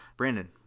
Brandon